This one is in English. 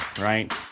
right